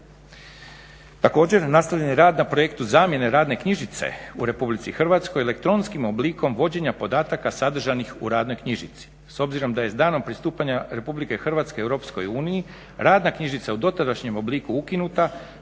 Također nastavljen je rad na projektu zamjene radne knjižice u RH elektronskim oblikom vođenja podataka sadržanih u radnoj knjižici. S obzirom da je s danom pristupanja RH EU radna knjižica u dotadašnjem obliku ukinuta,